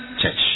church